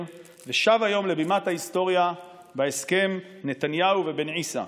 ושב היום לבימת ההיסטוריה בהסכם נתניהו-בן עיסא.